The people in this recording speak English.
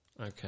Okay